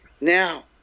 now